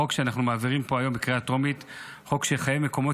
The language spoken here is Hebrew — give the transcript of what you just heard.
החוק שאנחנו מעבירים פה היום בקריאה טרומית הוא חוק שיחייב מקומות